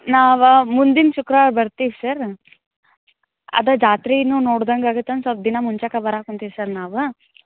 ನಾವು ಮುಂದಿನ ಶುಕ್ರವಾರ ಬರ್ತೀವಿ ಸರ್ ಅದ ಜಾತ್ರೆಯೂ ನೋಡ್ದಂಗೆ ಆಗತ್ತಂದು ಸ್ವಲ್ಪ ದಿನ ಮುಂಚೆಗೆ ಬರೋಕ್ ಒಂತಿವಿ ಸರ್ ನಾವು